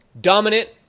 dominant